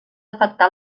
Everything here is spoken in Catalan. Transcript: afectar